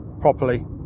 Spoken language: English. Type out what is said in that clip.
properly